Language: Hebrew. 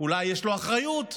אולי יש לו אחריות.